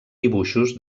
dibuixos